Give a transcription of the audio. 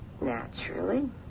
Naturally